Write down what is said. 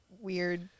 weird